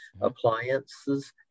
appliances